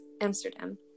Amsterdam